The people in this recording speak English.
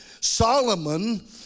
Solomon